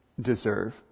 deserve